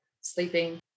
sleeping